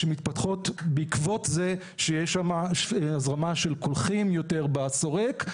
שמתפתחות בעקבות זה שיש שם הזרמה של קולחין יותר בשורק,